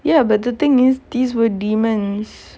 ya but the thing is these were demons